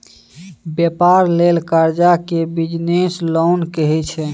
बेपार लेल करजा केँ बिजनेस लोन कहै छै